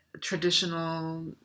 traditional